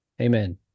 Amen